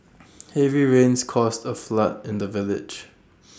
heavy rains caused A flood in the village